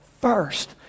first